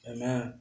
Amen